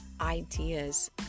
ideas